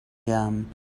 gum